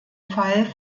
fall